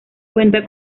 cuenta